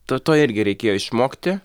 to to irgi reikėjo išmokti